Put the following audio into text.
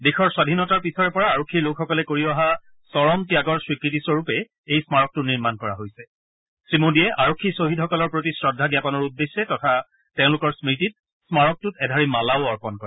দেশৰ স্বাধীনতাৰ পিছৰে পৰা আৰক্ষীৰ লোকসকলে কৰি অহা চৰম ত্যাগৰ স্বীকৃতিস্বৰূপে এই স্নাৰকটো নিৰ্মণ কৰা হৈছে শ্ৰীমোডীয়ে আৰক্ষী ছহিদসকলৰ প্ৰতি শ্ৰদ্ধা জ্ঞাপনৰ উদ্দেশ্যে তথা তেওঁলোকৰ স্মৃতিত স্মাৰকটোত এধাৰি মালাও অৰ্পণ কৰে